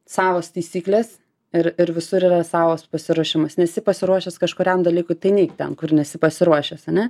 savos taisyklės ir ir visur yra savas pasiruošimas nesi pasiruošęs kažkuriam dalykui tai neik ten kur nesi pasiruošęs ane